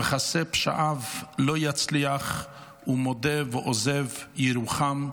"מכסה פשעיו לא יצליח ומודה ועזב ירחם".